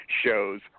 shows